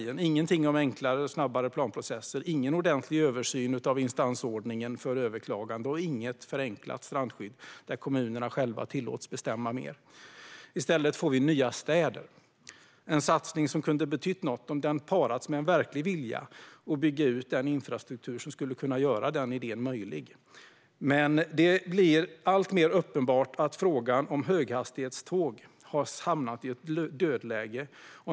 Där finns ingenting om enklare och snabbare planprocesser, en ordentlig översyn av instansordningen för överklagande eller ett förenklat strandskydd som gör att kommunerna själva tillåts bestämma mer. I stället får vi nya städer - en satsning som kunde ha betytt något om den parats med en verklig vilja att bygga ut den infrastruktur som skulle kunna göra den idén möjlig. Men det blir alltmer uppenbart att frågan om höghastighetståg har hamnat i ett dödläge.